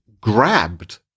grabbed